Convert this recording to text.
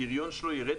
הפריון שלו תרד,